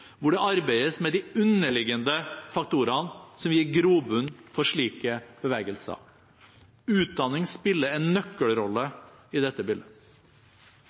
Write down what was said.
det arbeides med de underliggende faktorene som gir grobunn for slike bevegelser. Utdanning spiller en nøkkelrolle i dette bildet.